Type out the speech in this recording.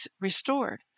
restored